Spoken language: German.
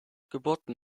geburten